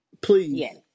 Please